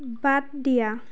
বাদ দিয়া